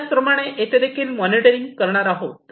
त्याचप्रमाणे येथे देखील मॉनिटरिंग करणार आहोत